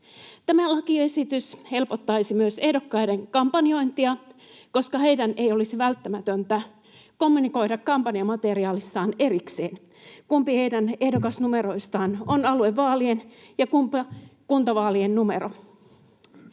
Tämä lakiesitys helpottaisi myös ehdokkaiden kampanjointia, koska heidän ei olisi välttämätöntä kommunikoida kampanjamateriaalissaan erikseen, kumpi heidän ehdokasnumeroistaan on aluevaalien ja kumpi kuntavaalien numero.